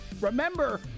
remember